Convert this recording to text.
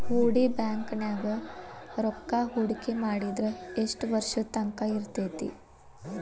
ಹೂಡಿ ಬ್ಯಾಂಕ್ ನ್ಯಾಗ್ ರೂಕ್ಕಾಹೂಡ್ಕಿ ಮಾಡಿದ್ರ ಯೆಷ್ಟ್ ವರ್ಷದ ತಂಕಾ ಇರ್ತೇತಿ?